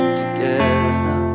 together